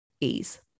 ease